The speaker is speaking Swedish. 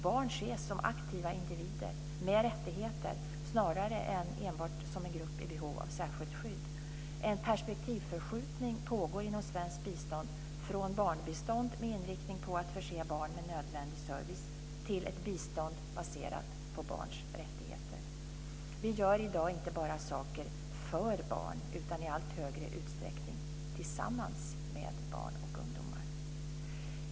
Barn ses som aktiva individer med rättigheter snarare än enbart som en grupp i behov av särskilt skydd. En perspektivförskjutning pågår inom svenskt bistånd från barnbistånd med inriktning på att förse barn med nödvändig service till ett bistånd baserat på barns rättigheter. Vi gör i dag inte bara saker för barn utan i allt högre utsträckning tillsammans med barn och ungdomar.